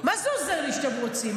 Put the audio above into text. מה זה עוזר לי שאתם רוצים?